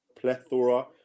plethora